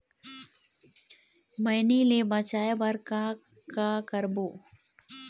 मैनी ले बचाए बर का का करबो?